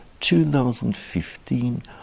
2015